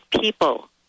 people